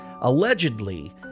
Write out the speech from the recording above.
Allegedly